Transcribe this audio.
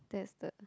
that's the